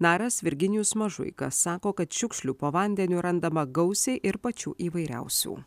naras virginijus mažuika sako kad šiukšlių po vandeniu randama gausiai ir pačių įvairiausių